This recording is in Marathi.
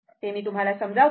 ते मी तुम्हाला समजावतो